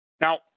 Now